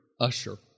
usher